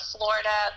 Florida